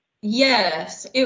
Yes